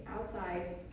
Outside